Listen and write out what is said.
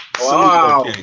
Wow